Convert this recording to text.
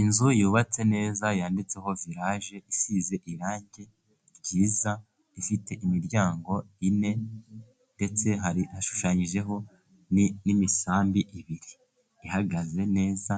Inzu yubatse neza, yanditseho Viraje, isize irangi ryiza, ifite imiryango ine, ndetse hari hashushanyijeho n'imisambi ibiri ihagaze neza,